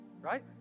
Right